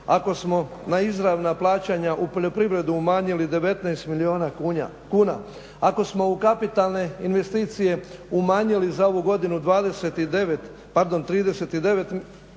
ako smo na izravna plaćanja u poljoprivredi umanjili 19 milijuna kuna, ako smo u kapitalne investicije umanjili za ovu godinu 39 milijuna